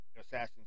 Assassin's